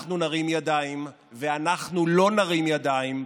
כשאנחנו נרים ידיים, ואנחנו לא נרים ידיים.